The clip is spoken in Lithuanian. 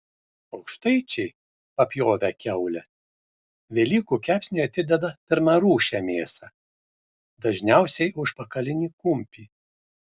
aukštaičiai papjovę kiaulę velykų kepsniui atideda pirmarūšę mėsą dažniausiai užpakalinį kumpį